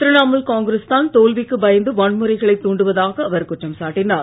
திரிணமுல் காங்கிரஸ் தான் தோல்விக்கு பயந்து வன்முறைகளை தூண்டுவதாக அவர் குற்றம் சாட்டினார்